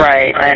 Right